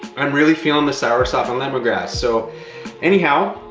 i'm really feeling the soursop and lemongrass. so anyhow,